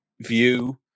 view